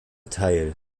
teil